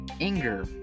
anger